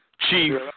Chief